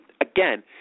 Again